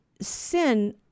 sin